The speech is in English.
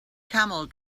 camel